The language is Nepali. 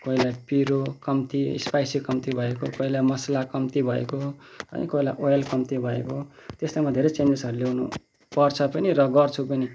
कोहीलाई पिरो कम्ती स्पाइसी कम्ती भएको कोहीलाई मसला कम्ती भएको अनि कोहीलाई ओइल कम्ती भएको त्यस्तोमा धेरै चेन्जेसहरू ल्याउनुपर्छ पनि र गर्छु पनि